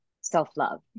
self-love